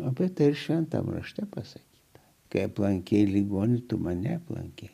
apie tai šventam rašte pasakyta kai aplankei ligonį tu mane aplankė